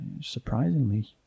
surprisingly